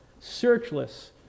searchless